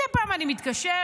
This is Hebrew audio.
מדי פעם אני מתקשרת,